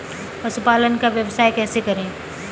पशुपालन का व्यवसाय कैसे करें?